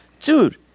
dude